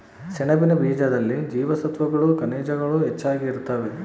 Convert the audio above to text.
ಸೆಣಬಿನ ಬೀಜದಲ್ಲಿ ಜೀವಸತ್ವಗಳು ಖನಿಜಗಳು ಹೆಚ್ಚಾಗಿ ಇರುತ್ತವೆ